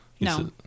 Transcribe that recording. No